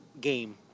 game